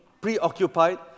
preoccupied